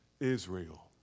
Israel